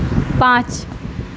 پانچ